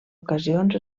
ocasions